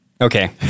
Okay